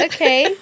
Okay